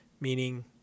meaning –